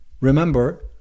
remember